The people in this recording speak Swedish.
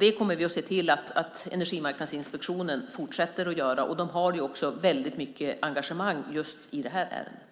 Vi kommer att se till att Energimarknadsinspektionen fortsätter att göra detta, och de har också ett väldigt stort engagemang just i det här ärendet.